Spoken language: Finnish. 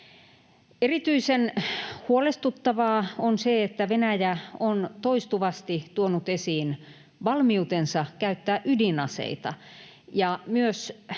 Erityisen huolestuttavaa on se, että Venäjä on toistuvasti tuonut esiin valmiutensa käyttää ydinaseita, ja myös